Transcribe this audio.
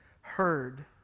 heard